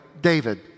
David